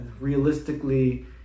realistically